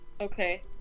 Okay